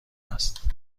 است